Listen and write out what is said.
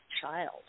child